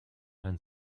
dein